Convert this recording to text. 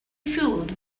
fooled